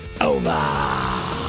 over